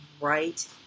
right